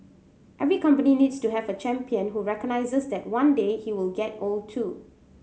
every company needs to have a champion who recognises that one day he will get old too